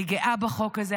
אני גאה בחוק הזה,